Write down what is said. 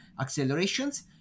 accelerations